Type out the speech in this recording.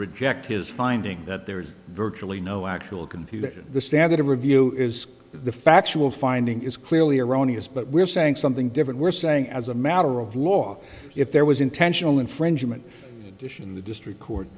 reject his findings that there is virtually no actual computer the standard of review is the factual finding is clearly erroneous but we're saying something different we're saying as a matter of law if there was intentional infringement issue in the district court